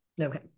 Okay